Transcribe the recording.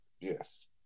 yes